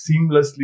seamlessly